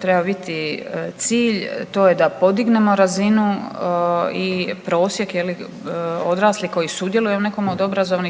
treba biti cilj to je da podignemo razinu i prosjek je li odraslih koji sudjeluju u nekom od obrazovnih